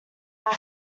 back